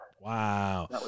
Wow